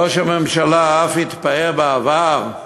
ראש הממשלה אף התפאר בעבר,